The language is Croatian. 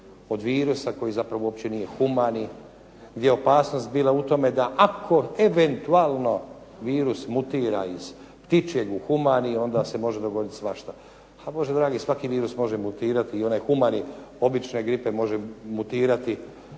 od virusa koji zapravo uopće nije humani gdje je opasnost bila u tome da ako eventualno virus mutira iz ptičjeg u humani onda se može dogoditi svašta. A Bože dragi, svaki virus može mutirati, i onaj humani obične gripe može mutirati